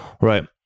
Right